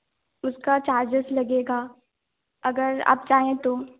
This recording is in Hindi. उसका चार्जिज़ लगेगा अगर आप चाहें तो